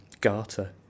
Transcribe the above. Garter